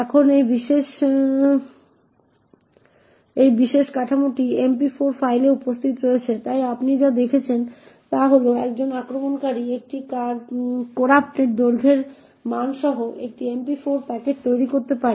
এখন এই বিশেষ কাঠামোটি MP4 ফাইলে উপস্থিত রয়েছে তাই আপনি যা দেখছেন তা হল একজন আক্রমণকারী একটি কোরাপ্টেড দৈর্ঘ্যের মান সহ একটি MP4 প্যাকেট তৈরি করতে পারে